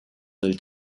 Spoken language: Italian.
del